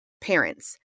parents